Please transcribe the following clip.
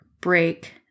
break